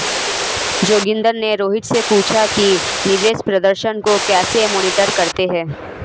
जोगिंदर ने रोहित से पूछा कि निवेश प्रदर्शन को कैसे मॉनिटर करते हैं?